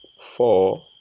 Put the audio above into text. four